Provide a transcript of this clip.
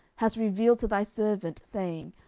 hast revealed to thy servant, saying,